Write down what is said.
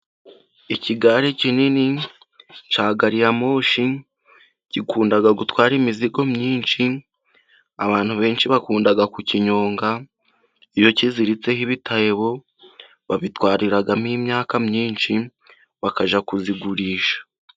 Ikigare kinini cya gaririyamoshi gikunda gutwara imizigo myinshi, abantu benshi bakunda kukinyonga. Iyo kiziritseho ibitebo, babitwaramo imyaka myinshi, bakajya kuyigurisha.